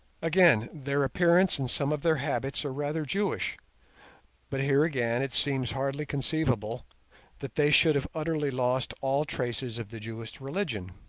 again, their appearance and some of their habits are rather jewish but here again it seems hardly conceivable that they should have utterly lost all traces of the jewish religion.